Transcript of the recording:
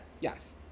yes